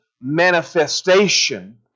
manifestation